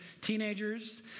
teenagers